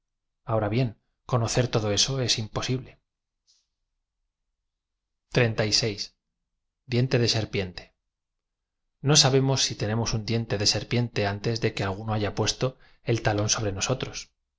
ahora bien codocer todo eso ea imposible diente de serpiente n o sabemos si tenemos un diente de serpiente antes de que alguno h aya puesto el talón sobre nosotros